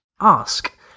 ask